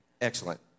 excellent